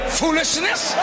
foolishness